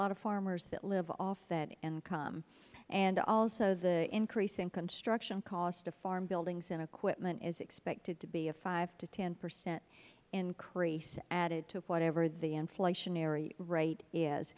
lot of farmers that live off that income and also the increase in construction costs to farm buildings and equipment is expected to be a five percent to ten percent increase added to whatever the inflationary rate is